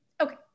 Okay